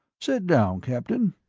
sit down, captain.